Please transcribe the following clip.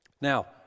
Now